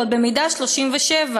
ועוד במידה 37",